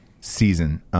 season